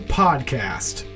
podcast